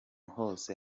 hose